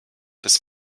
des